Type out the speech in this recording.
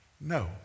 No